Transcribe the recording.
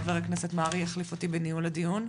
ח"כ מרעי יחליף אותי בניהול הדיון.